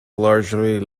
largely